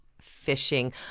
fishing